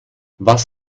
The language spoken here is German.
was